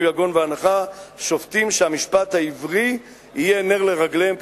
יגון ואנחה" שופטים שהמשפט העברי יהיה נר לרגליהם,